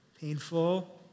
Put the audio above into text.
painful